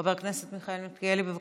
חבר הכנסת מיכאל מלכיאלי, בבקשה.